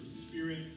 Spirit